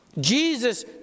Jesus